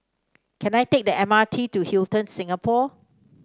can I take the M R T to Hilton Singapore